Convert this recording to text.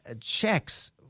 checks